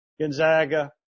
Gonzaga